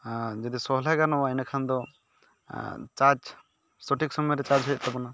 ᱟᱨ ᱡᱩᱫᱤ ᱥᱚᱞᱦᱮ ᱜᱟᱱᱚᱜᱼᱟ ᱤᱱᱟᱹ ᱠᱷᱟᱱ ᱫᱚ ᱪᱟᱡᱽ ᱥᱚᱴᱷᱤᱠ ᱥᱩᱢᱟᱹᱭᱨᱮ ᱪᱟᱡᱽ ᱦᱩᱭᱩᱜ ᱛᱟᱵᱚᱱᱟ